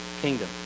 kingdom